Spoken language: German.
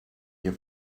wir